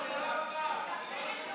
לא, זה לא עבר, זה לא